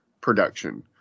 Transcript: production